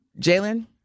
Jalen